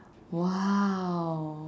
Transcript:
!wow!